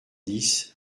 dix